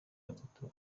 batatu